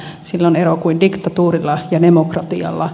niillä on ero kuin diktatuurilla ja demokratialla